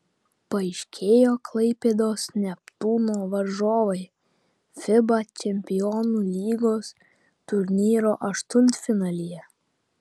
paaiškėjo klaipėdos neptūno varžovai fiba čempionų lygos turnyro aštuntfinalyje